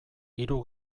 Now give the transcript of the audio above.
hiru